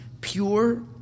pure